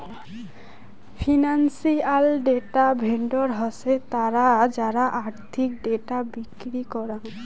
financial data vendor হসে তারা যারা আর্থিক ডেটা বিক্রি করাং